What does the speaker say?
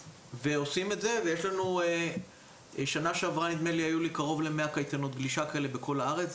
נדמה לי שבשנה שעברה היו לנו קרוב למאה קייטנות גלישה כאלה בכל הארץ.